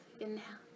inhale